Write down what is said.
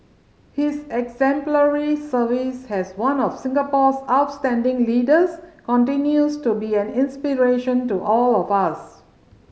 his exemplary service has one of Singapore's outstanding leaders continues to be an inspiration to all of us